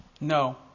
No